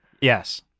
Yes